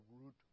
root